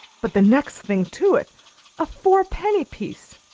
but the next thing to it a four-penny piece!